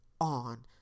on